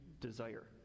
desire